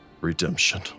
Redemption